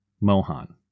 Mohan